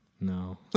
No